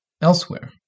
elsewhere